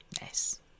nice